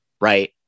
right